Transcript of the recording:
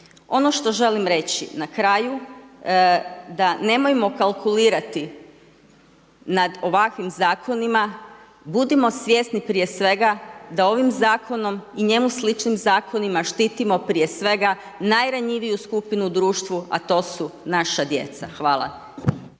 Ono što želim reći na kraju, da nemojmo kalkulirati nad ovakvim Zakonima, budimo svjesni prije svega da ovim Zakonom i njemu sličnim Zakonima štitimo prije svega, najranjiviju skupinu u društvu, a to su naša djeca. Hvala.